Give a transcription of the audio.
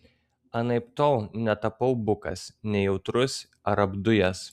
anaiptol netapau bukas nejautrus ar apdujęs